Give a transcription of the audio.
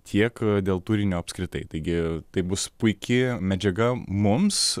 tiek dėl turinio apskritai taigi tai bus puiki medžiaga mums